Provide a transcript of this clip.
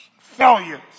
failures